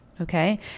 okay